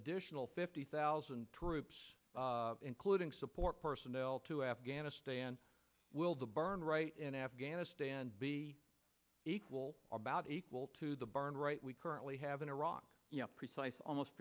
additional fifty thousand troops including support personnel to afghanistan will the burn right in afghanistan be equal about equal to the bar and right we currently have in iraq precise almost